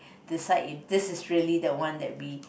decide if this is really the one that be